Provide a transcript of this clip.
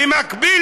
במקביל,